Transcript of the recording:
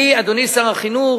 אני, אדוני שר החינוך,